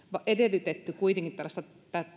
edellytetty tällaista